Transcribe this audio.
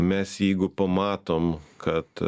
mes jeigu pamatom kad